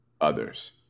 others